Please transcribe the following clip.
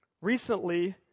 Recently